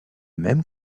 même